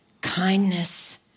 kindness